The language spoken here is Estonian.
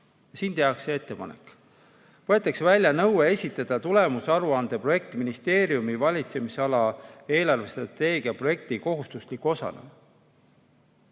Siin tehakse ettepanek, et võetakse välja nõue esitada tulemusaruande projekt ministeeriumi valitsemisala eelarvestrateegia projekti kohustusliku osana.